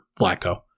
Flacco